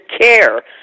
care